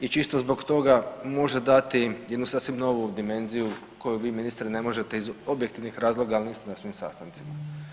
i čisto zbog toga može dati jednu sasvim novu dimenziju koju vi ministre ne možete iz objektivnih razloga, ali niste na svim sastancima.